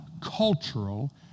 cultural